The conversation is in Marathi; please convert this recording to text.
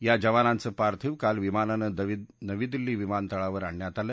या जवानांचं पार्थिव काल विमानानं नवी दिल्ली विमानतळावर आणण्यात आले